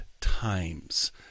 times